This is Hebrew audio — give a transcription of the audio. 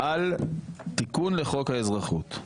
על תיקון לחוק האזרחות.